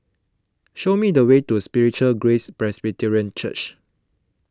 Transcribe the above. show me the way to Spiritual Grace Presbyterian Church